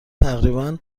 تقریبا